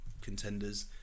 contenders